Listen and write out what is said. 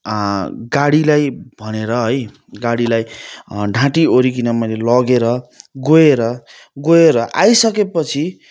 गाडीलाई भनेर है गाडीलाई ढाँटी ओरीकन मैले लगेर गएर गएर आइसके पछि